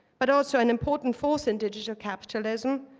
but also an important force in digital capitalism,